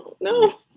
No